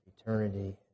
eternity